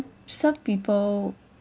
some people